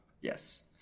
Yes